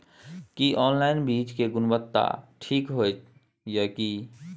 की online बीज के गुणवत्ता ठीक होय ये की?